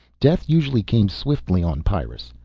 death usually came swiftly on pyrrus.